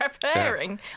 preparing